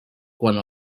quant